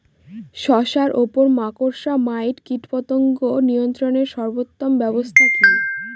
শশার উপর মাকড়সা মাইট কীটপতঙ্গ নিয়ন্ত্রণের সর্বোত্তম ব্যবস্থা কি?